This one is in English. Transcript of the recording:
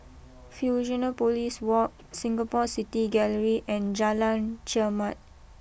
Fusionopolis walk Singapore City Gallery and Jalan Chermat